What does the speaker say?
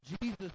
Jesus